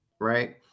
Right